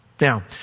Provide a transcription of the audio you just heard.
Now